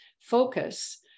focus